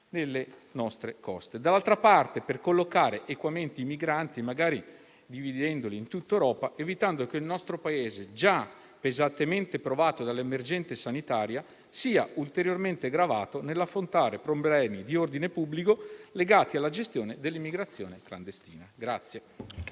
sulle nostre coste e, dall'altra parte, per collocarli equamente, magari dividendoli in tutta Europa, evitando che il nostro Paese, già pesantemente provato dall'emergenza sanitaria, sia ulteriormente gravato nell'affrontare problemi di ordine pubblico legati alla gestione dell'immigrazione clandestina.